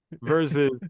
Versus